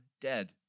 dead